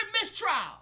mistrial